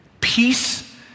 Peace